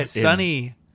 sunny